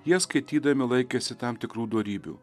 jie skaitydami laikėsi tam tikrų dorybių